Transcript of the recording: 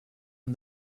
and